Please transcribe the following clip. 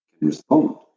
respond